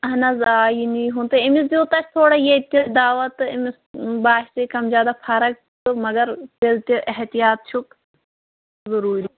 اَہَن حظ آ یہِ نیٖہُن تہٕ أمِس دیُت اَسہِ تھوڑا ییٚتہِ تہِ دوا تہٕ أمِس باسے کَم زیادہ فرق تہٕ مگر تیٚلہِ تہِ چھُ احتیاط چھُکھ ضٔروٗری